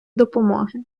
допомоги